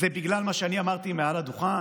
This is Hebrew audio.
זה בגלל מה שאני אמרתי מעל לדוכן?